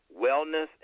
wellness